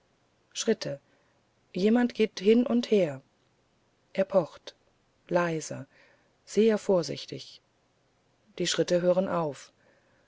schritte jemand geht hin und her er pocht leise sehr vorsichtig die schritte hören auf